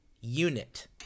unit